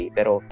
Pero